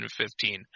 2015